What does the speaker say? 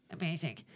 Amazing